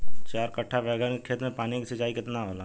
चार कट्ठा बैंगन के खेत में पानी के सिंचाई केतना होला?